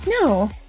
No